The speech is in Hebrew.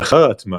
לאחר ההטמעה,